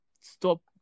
stop